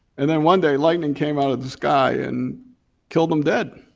and then one day lightening came out of the sky and killed him dead.